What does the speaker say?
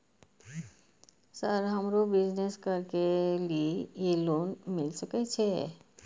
Sir हमरो business करके ली ये लोन मिल सके छे?